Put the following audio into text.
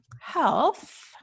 health